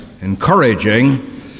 encouraging